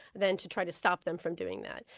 than to try to stop them from doing that.